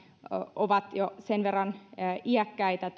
ovat jo sen verran iäkkäitä